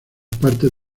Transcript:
partes